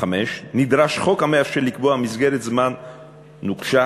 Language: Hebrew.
נדרש חוק המאפשר לקבוע מסגרת זמן נוקשה